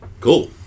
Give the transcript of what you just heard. cool